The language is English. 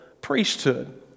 priesthood